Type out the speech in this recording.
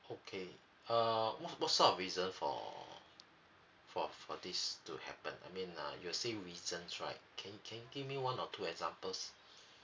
okay uh what what sort of reason for for for this to happen I mean uh you were saying reasons right can you can you give me one or two examples